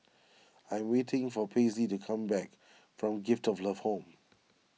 I am waiting for Paisley to come back from Gift of Love Home